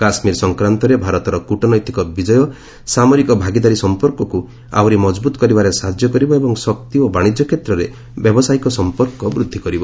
କାଶ୍କୀର ସଂକ୍ରାନ୍ତରେ ଭାରତର କୃଟନୈତିକ ବିଜୟ ସାମରିକ ଭାଗିଦାରୀ ସମ୍ପର୍କକୁ ଆହୁରି ମଜବୁତ କରିବାରେ ସାହାଯ୍ୟ କରିବ ଏବଂ ଶକ୍ତି ଓ ବାଣିଜ୍ୟ କ୍ଷେତ୍ରରେ ବ୍ୟବସାୟୀକ ସମ୍ପର୍କ ବୃଦ୍ଧି କରିବ